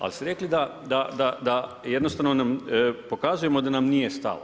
Ali ste rekli da jednostavno pokazujemo da nam nije stalo.